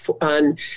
on